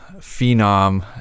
Phenom